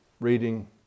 reading